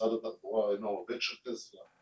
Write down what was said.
ומשרד התחבורה אינו עובד של טסלה,